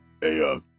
Hey